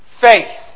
faith